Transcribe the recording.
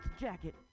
jacket